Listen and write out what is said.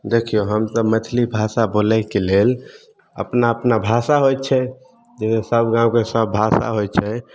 देखियौ हमसब मैथली भाषा बोलैके लेल अपना अपना भाषा होइत छै जैसे सब गाँवके सब भाषा होइत छै